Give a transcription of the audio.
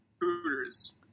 Hooters